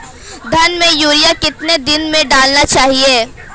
धान में यूरिया कितने दिन में डालना चाहिए?